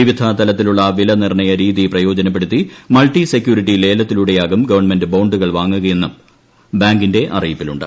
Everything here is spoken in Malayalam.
വിവിധ തലത്തിലുള്ള വില നിർണ്ണയ രീതി പ്രയോജനപ്പെടുത്തി മൾട്ടി സെക്യൂരിറ്റി ലേലത്തിലൂടെയാകും ഗവൺമെന്റ് ബോണ്ടുകൾ വാങ്ങുകയെന്നും ബാങ്കിന്റെ അറിയിപ്പിലുണ്ട്